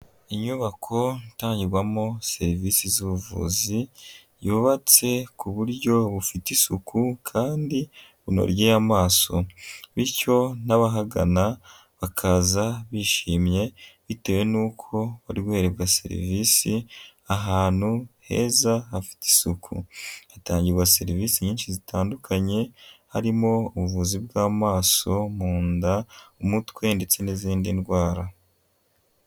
Inyubako itangirwamo serivisi z'ubuvuzi, yubatse ku buryo bufite isuku kandi bunogeye amaso bityo n'abahagana bakaza bishimye bitewe n'uko bari guherebwa serivisi ahantu heza hafite isuku, hatangirwa serivisi nyinshi zitandukanye harimo ubuvuzi bw'amaso, mu nda, umutwe ndetse n'izindi ndwara.